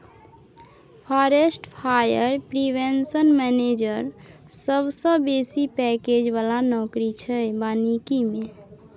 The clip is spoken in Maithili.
फारेस्ट फायर प्रिवेंशन मेनैजर सबसँ बेसी पैकैज बला नौकरी छै बानिकी मे